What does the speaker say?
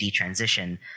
detransition